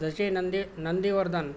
जसे नंदी नंदीवर्धन